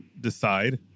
decide